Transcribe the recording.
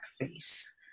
face